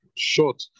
Short